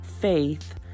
faith